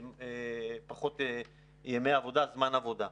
פחות ימי עבודה, זמן עבודה.